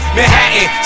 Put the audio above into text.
Manhattan